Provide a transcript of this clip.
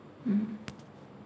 mm